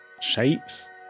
shapes